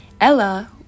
Ella